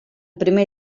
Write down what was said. primer